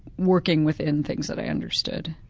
working within things that i understood.